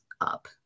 up